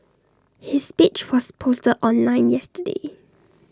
his speech was posted online yesterday